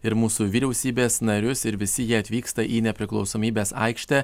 ir mūsų vyriausybės narius ir visi jie atvyksta į nepriklausomybės aikštę